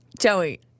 Joey